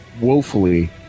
woefully